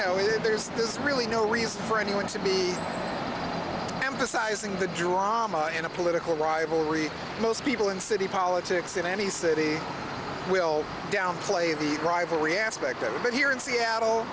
know there's this really no reason for anyone to be emphasizing the drama in a political rivalry most people in city politics in any city will downplay the rivalry aspect of it but here in seattle